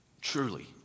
Truly